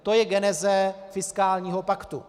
To je geneze fiskálního paktu.